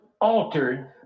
altered